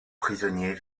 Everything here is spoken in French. prisonniers